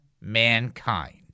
mankind